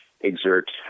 exert